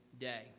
day